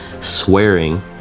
swearing